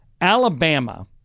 Alabama